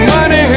Money